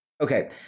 Okay